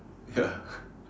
ya